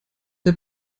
der